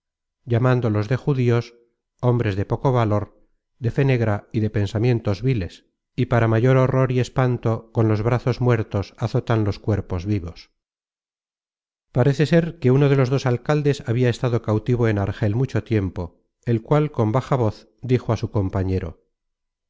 llamándolos de judíos hombres de poco valor de fe negra y de pensamientos viles y para ma content from google book search generated at content from google book search generated at yor horror y espanto con los brazos muertos azotan los cuerpos vivos parece ser que uno de los dos alcaldes habia estado cautivo en argel mucho tiempo el cual con baja voz dijo a su compañero